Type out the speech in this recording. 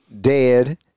dead